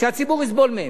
שהציבור יסבול מהן.